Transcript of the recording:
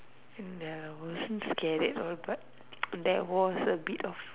ya I wasn't scare that all but there was a bit of